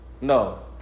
No